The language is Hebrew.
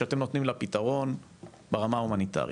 שאתם נותנים לה פתרון ברמה ההומניטרית.